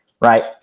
right